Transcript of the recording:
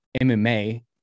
MMA